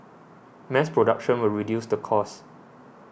mass production will reduce the cost